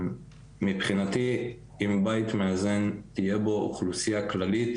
מבחינתי, אם בבית מאזן תהיה אוכלוסייה כללית,